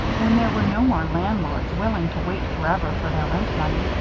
when there were no more landlords willing to wait forever for their rent-money,